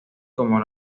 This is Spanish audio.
como